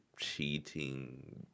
cheating